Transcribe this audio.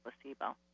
placebo